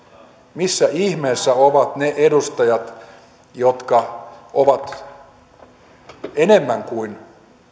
missä ihmeessä ovat ne edustajat jotka ovat enemmän kuin